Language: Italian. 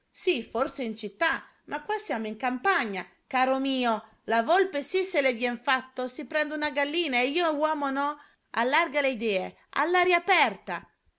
sì forse in città ma qua siamo in campagna caro mio la volpe sì se le vien fatto si prende una gallina e io uomo no allarga le idee all'aria aperta